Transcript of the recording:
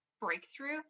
breakthrough